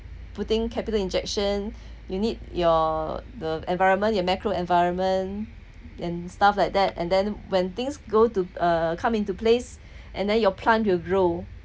putting capital injection you need your the environment you macro environment and stuff like that and then when things go to uh come into place and then your plant will grow